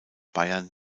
bayern